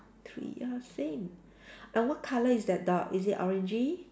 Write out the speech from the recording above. three ah same and what colour is that dog is it orangey